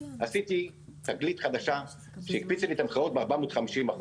עשיתי תגלית חדשה שהקפיצה לי את המכירות ב-450%,